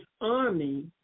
army